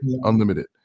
Unlimited